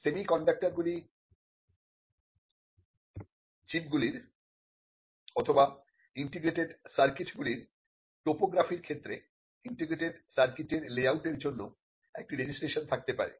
semiconductor চিপগুলির অথবা integrated সার্কিটগুলির টপোগ্রাফির ক্ষেত্রে ইন্টিগ্রেটেড সার্কিটের লেআউট এর জন্য একটি রেজিস্ট্রেশন থাকতে পারে